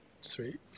Sweet